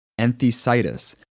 enthesitis